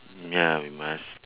ya we must